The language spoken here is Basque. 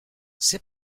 zer